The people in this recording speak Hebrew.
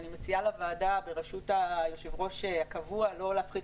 ואני מציעה לוועדה בראשות היושב-ראש הקבוע לא להפחית